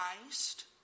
Christ